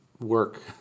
work